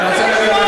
אתה לא רוצה לשמוע.